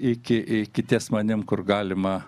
iki iki ties manim kur galima